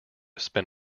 spin